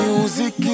Music